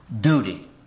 duty